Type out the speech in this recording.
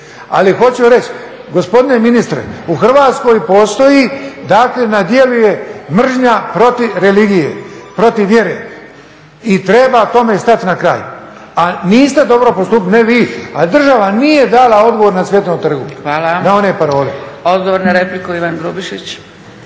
Ali hoću reći, gospodine ministre, u Hrvatskoj postoji, dakle, da djeluje mržnja protiv religije, protiv vjere i treba tome stati na kraj. A niste dobro postupili, ne vi, ali država nije dala odgovor na … na one … **Zgrebec, Dragica (SDP)** Hvala. Odgovor na repliku, Ivan Grubišić.